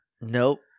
nope